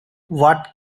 what